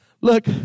look